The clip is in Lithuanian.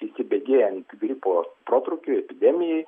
įsibėgėjant gripo protrūkiui epidemijai